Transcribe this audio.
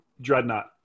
dreadnought